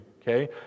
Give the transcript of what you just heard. okay